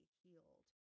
healed